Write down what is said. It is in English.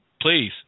please